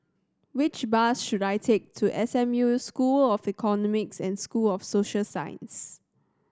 which bus should I take to S M U School of Economics and School of Social Sciences